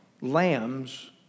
lambs